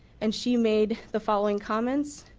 and she made the following comments.